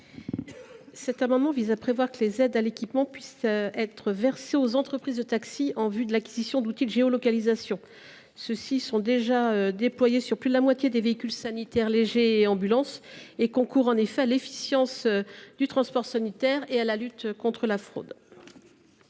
amendement vise à préciser que des aides à l’équipement peuvent être versées aux entreprises de taxi en vue de l’acquisition d’outils de géolocalisation. Ces outils, déjà déployés sur plus de la moitié des véhicules sanitaires légers et des ambulances, concourent à l’efficience du transport sanitaire et à la lutte contre la fraude.